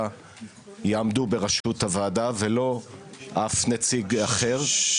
יעמדו בראשות הוועדה ולא אף נציג אחר.